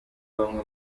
bamwe